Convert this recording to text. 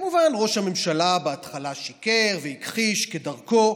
כמובן, ראש הממשלה בהתחלה שיקר והכחיש כדרכו.